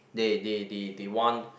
they they they they want